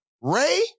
Ray